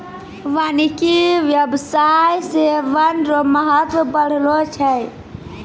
वानिकी व्याबसाय से वन रो महत्व बढ़लो छै